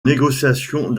négociations